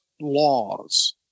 laws